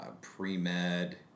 pre-med